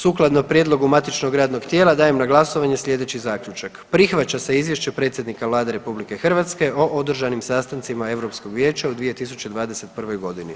Sukladno prijedlogu matičnog radnog tijela dajem na glasovanje sljedeći zaključak: „Prihvaća se izvješće predsjednika Vlade RH o održanim sastancima Europskog vijeća u 2021.g.